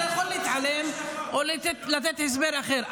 אתה לא יכול להתעלם או לתת הסבר אחר.